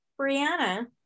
Brianna